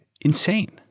insane